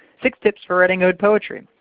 six tips for writing ode poetry.